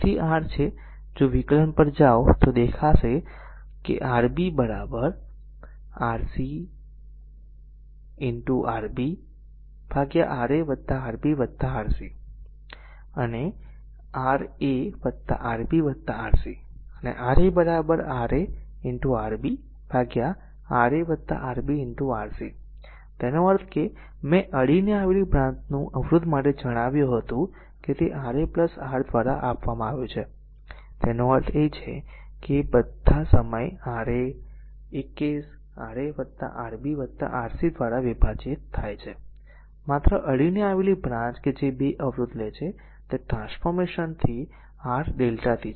તેથી આ r છે જો તે વિકલન પર જાઓ કે દેખાવ Rb Rc Ra Rb Rc a Ra Rb Rc R a Ra Rb Ra Rb rc તેનો અર્થ એ છે કે મેં અડીને આવેલી બ્રાંચ અવરોધ માટે જણાવ્યું હતું કે તે Ra R દ્વારા આપવામાં આવ્યું છે તેનો અર્થ એ છે કે બધા સમય r a a R એક કેસ Ra Rb Rc દ્વારા વિભાજીત થાય છે અને માત્ર અડીને આવેલી બ્રાંચ કે જે 2 અવરોધક લે છે તે ટ્રાન્સફોર્મેશન r lrmΔ થી છે